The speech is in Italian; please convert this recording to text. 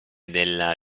della